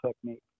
technique